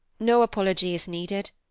no apology is needed.